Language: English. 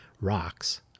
rocks